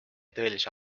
tõelise